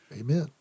Amen